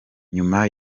nyuma